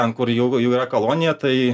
ten kur jų jų yra kolonija tai